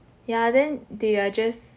ya then they are just